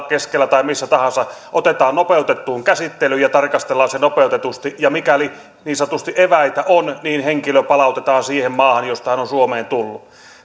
keskellä tai missä tahansa nopeutettuun käsittelyyn ja tarkastellaan se nopeutetusti ja mikäli niin sanotusti eväitä on niin henkilö palautetaan siihen maahan josta hän on suomeen tullut